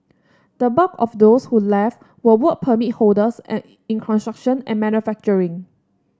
the bulk of those who left were Work Permit holders an in construction and manufacturing